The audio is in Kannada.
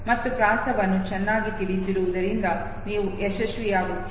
ಮತ್ತು ಪ್ರಾಸವನ್ನು ಚೆನ್ನಾಗಿ ತಿಳಿದಿರುವುದರಿಂದ ನೀವು ಯಶಸ್ವಿಯಾಗುತ್ತೀರಿ